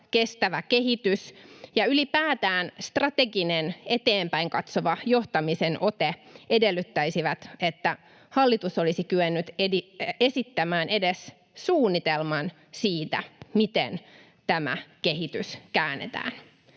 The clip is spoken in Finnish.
kestävä kehitys ja ylipäätään strateginen, eteenpäin katsova johtamisen ote edellyttäisivät, että hallitus olisi kyennyt esittämään edes suunnitelman siitä, miten tämä kehitys käännetään.